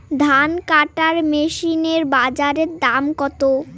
ধান কাটার মেশিন এর বাজারে দাম কতো?